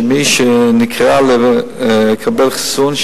שמי שנקרא לקבל חיסון,